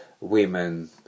women